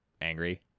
angry